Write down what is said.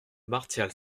martial